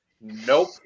Nope